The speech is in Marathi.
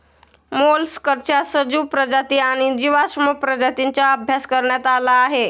मोलस्काच्या सजीव प्रजाती आणि जीवाश्म प्रजातींचा अभ्यास करण्यात आला आहे